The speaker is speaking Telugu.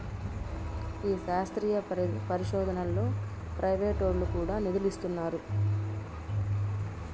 ఈ శాస్త్రీయ పరిశోదనలో ప్రైవేటోల్లు కూడా నిదులిస్తున్నారు